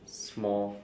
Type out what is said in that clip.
small